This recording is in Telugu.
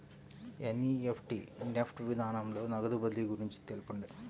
ఎన్.ఈ.ఎఫ్.టీ నెఫ్ట్ విధానంలో నగదు బదిలీ గురించి తెలుపండి?